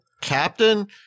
Captain